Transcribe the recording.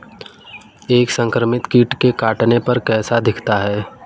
एक संक्रमित कीट के काटने पर कैसा दिखता है?